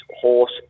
horse